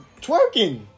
twerking